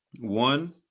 One